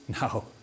No